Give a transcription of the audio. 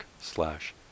slash